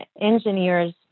engineers